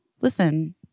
listen